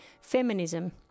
feminism